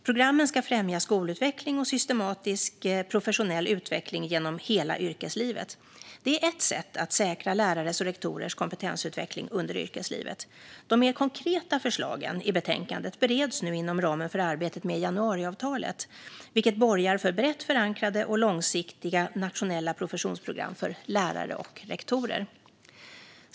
Programmet ska främja skolutveckling och systematisk professionell utveckling genom hela yrkeslivet. Det är ett sätt att säkra lärares och rektorers kompetensutveckling under yrkeslivet. De mer konkreta förslagen i betänkandet bereds nu inom ramen för arbetet med januariavtalet, vilket borgar för brett förankrade och långsiktiga nationella professionsprogram för lärare och rektorer.